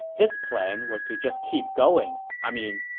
his plan was to just keep going. i mean,